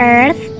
Earth